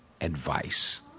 advice